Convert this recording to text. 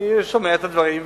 אני שומע את הדברים,